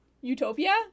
utopia